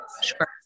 Sure